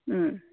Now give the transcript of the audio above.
ಹ್ಞೂ